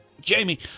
Jamie